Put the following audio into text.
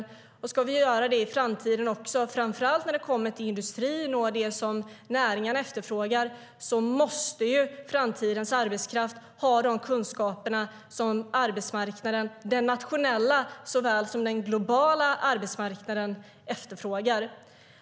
Ska vi göra det även i framtiden, framför allt när det gäller industrin och det som näringarna efterfrågar, måste framtidens arbetskraft ha de kunskaper som arbetsmarknaden - den nationella såväl som den globala - efterfrågar.